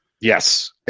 yes